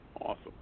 Awesome